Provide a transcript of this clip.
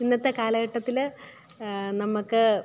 ഇന്നത്തെ കാലഘട്ടത്തിൽ നമുക്ക്